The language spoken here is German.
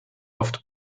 oft